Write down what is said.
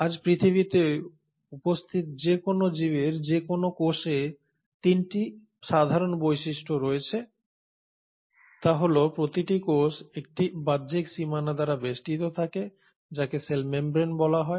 আজ পৃথিবীতে উপস্থিত যে কোনও জীবের যে কোনও কোষে 3টি সাধারণ বৈশিষ্ট্য রয়েছে হল প্রতিটি কোষ একটি বাহ্যিক সীমানা দ্বারা বেষ্টিত থাকে যাকে সেল মেমব্রেন বলা হয়